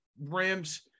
Rams